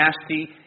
nasty